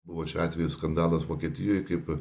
buvo šiuo atveju skandalas vokietijoj kaip